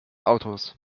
autors